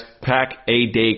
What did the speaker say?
Pack-A-Day